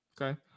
Okay